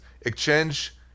exchange